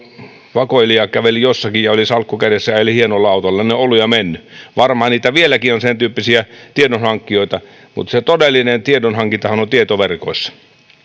vakoilija käveli jossakin ja oli salkku kädessä ja ajeli hienolla autolla ovat olleet ja menneet varmaan vieläkin on sentyyppisiä tiedonhankkijoita mutta se todellinen tiedonhankintahan on tietoverkoissa